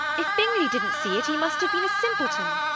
if bingley didn't see it he must have been a simpleton.